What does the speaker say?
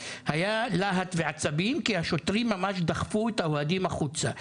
"היה להט ועצבים כי השוטרים ממש דחפו את האוהדים החוצה.